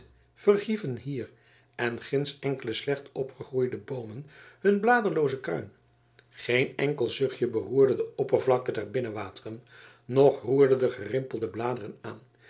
verhieven hier en ginds enkele slecht opgegroeide boomen hun bladerlooze kruin geen enkel zuchtje beroerde de oppervlakte der binnenwateren noch roerde de gerimpelde bladeren aan